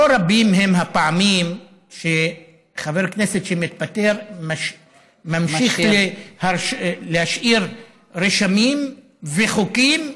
לא רבות הן הפעמים שחבר כנסת שמתפטר ממשיך להשאיר רשמים וחוקים,